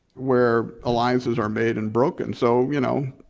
where alliances are made and broken. so you know